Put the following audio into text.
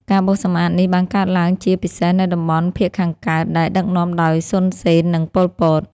ការបោសសម្អាតនេះបានកើតឡើងជាពិសេសនៅតំបន់ភាគខាងកើត ដែលដឹកនាំដោយ សុន សេន និង ប៉ុល ពត។